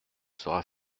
sera